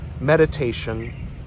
meditation